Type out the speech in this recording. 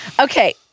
Okay